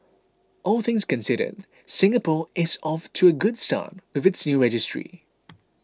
all things considered Singapore is off to a good start with its new registry